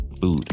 food